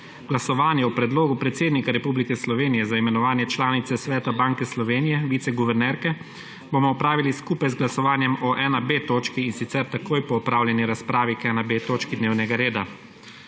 Glasovanje o predlogu predsednika Republike Slovenije za imenovanje članice Sveta Banke Slovenija viceguvernerke bomo opravili skupaj z glasovanjem o 1.b točki, in sicer takoj po opravljeni razpravi k 1.b točki dnevnega reda